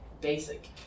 basic